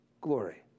glory